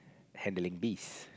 handling bees